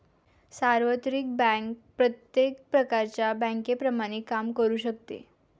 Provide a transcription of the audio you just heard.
सार्वत्रिक बँक प्रत्येक प्रकारच्या बँकेप्रमाणे काम करू शकते